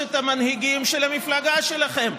משלושת המנהיגים של המפלגה שלכם.